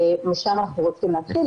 משם אנחנו רוצים להתחיל,